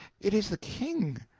it is the king!